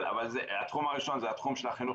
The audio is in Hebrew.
אבל התחום הראשון הוא התחום של החינוך,